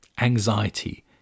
anxiety